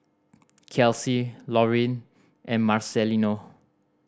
Kelsey Lorin and Marcelino